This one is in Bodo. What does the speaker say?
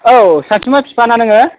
औ सानसुमा फिफा ना नोङो